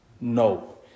No